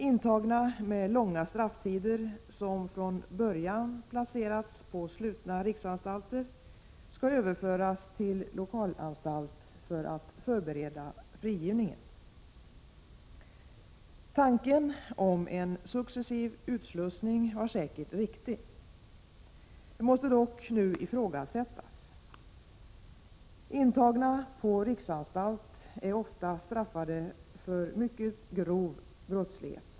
Intagna med långa strafftider som från början placerats på slutna riksanstalter skall överföras till lokalanstalt för att förbereda frigivningen. Tanken om en successiv utslussning var säkert riktig. Den måste dock nu ifrågasättas. Intagna på riksanstalt är ofta straffade för mycket grov brottslighet.